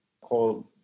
called